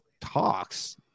talks